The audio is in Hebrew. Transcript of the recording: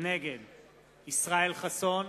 נגד ישראל חסון,